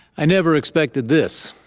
i never expected this,